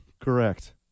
Correct